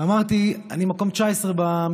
אמרתי: אני מקום 19 במפלגה,